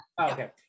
Okay